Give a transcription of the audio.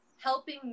helping